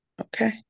okay